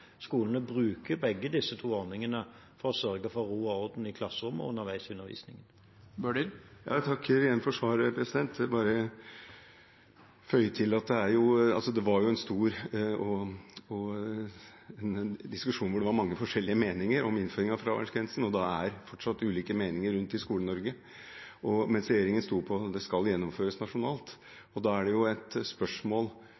skolene bruker begge disse ordningene, for å sørge for ro og orden i klasserommet og underveis i undervisningen. Jeg takker igjen for svaret. Jeg vil bare føye til at det var en stor diskusjon, hvor det var mange forskjellige meninger, om innføringen av fraværsgrensen, og det er fortsatt ulike meninger rundt i Skole-Norge. Men regjeringen sto på at det skulle gjennomføres